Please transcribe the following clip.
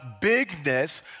bigness